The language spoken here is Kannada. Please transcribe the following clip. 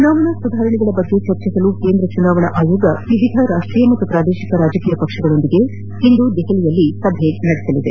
ಚುನಾವಣಾ ಸುಧಾರಣೆಗಳ ಕುರಿತು ಚರ್ಚಿಸಲು ಕೇಂದ್ರ ಚುನಾವಣಾ ಆಯೋಗ ವಿವಿಧ ರಾಷ್ಷೀಯ ಮತ್ತು ಪೂದೇಶಿಕ ರಾಜಕೀಯ ಪಕ್ಷಗಳ ಜೊತೆ ಇಂದು ದೆಹಲಿಯಲ್ಲಿ ಸಭೆ ನಡೆಯಲಿದೆ